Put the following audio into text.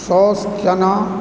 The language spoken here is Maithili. सऔस चना